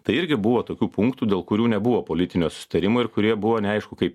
tai irgi buvo tokių punktų dėl kurių nebuvo politinio susitarimo ir kurie buvo neaišku kaip